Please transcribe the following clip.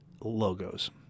logos